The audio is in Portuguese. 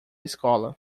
escola